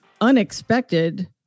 unexpected